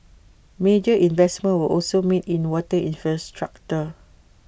major investments were also made in water infrastructure